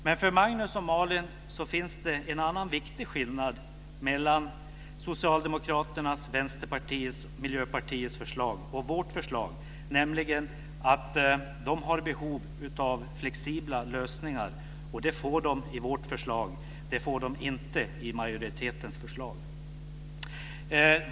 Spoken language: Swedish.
Men för Magnus och Malin finns det en annan viktig skillnad mellan Socialdemokraternas, Vänsterpartiets och Miljöpartiets förslag och vårt förslag eftersom de har behov av flexibla lösningar. Det får de i vårt förslag. Det får de inte i majoritetens förslag.